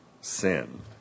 sin